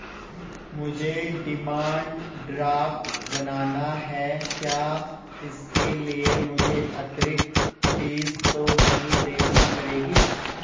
मुझे demand draft बनाना है क्या इसके लिए मुझे अतिरिक्त फीस तो नहीं देनी पड़ेगी?